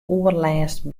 oerlêst